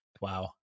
Wow